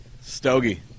Stogie